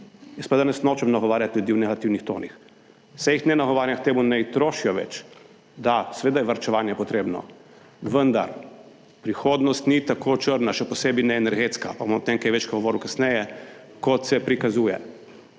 jaz pa danes nočem nagovarjati ljudi o negativnih tonih, saj jih ne nagovarja k temu, naj trošijo ve. Da seveda je varčevanje potrebno, vendar prihodnost ni ta črna, še posebej ne energetska, pa bom o tem kaj več govoril kasneje, kot se prikazuje,